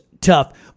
tough